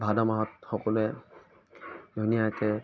ভাদ মাহত সকলোৱে ধুনীয়াকৈ